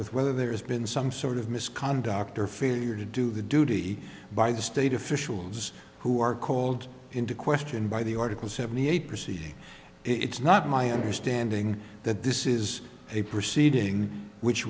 with whether there's been some sort of misconduct or failure to do the duty by the state officials who are called into question by the article seventy eight proceedings it's not my understanding that this is a proceeding which